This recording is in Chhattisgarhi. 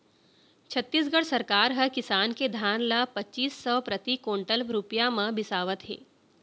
छत्तीसगढ़ सरकार ह किसान के धान ल पचीस सव प्रति कोंटल रूपिया म बिसावत हे